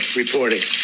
reporting